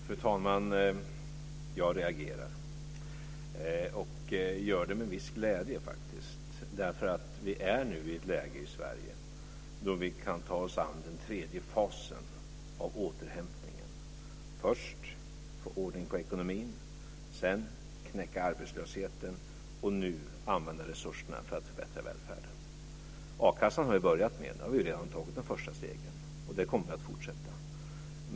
Fru talman! Jag reagerar. Och jag gör det med en viss glädje, faktiskt. För vi är nu i ett läge i Sverige då vi kan ta oss an den tredje fasen av återhämtningen: Först få ordning på ekonomin, sedan knäcka arbetslösheten och nu använda resurserna för att förbättra välfärden. A-kassan har vi börjat med. Där har vi redan tagit de första stegen. Det kommer vi att fortsätta med.